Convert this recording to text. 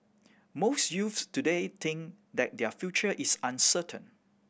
most youths today think that their future is uncertain